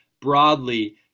broadly